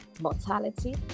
mortality